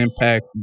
impact